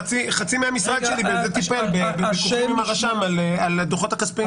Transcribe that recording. חצי מהמשרד שלי בזה טיפל בוויכוחים עם הרשם על הדוחות הכספיים.